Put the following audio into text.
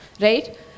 right